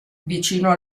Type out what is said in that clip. vicino